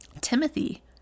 Timothy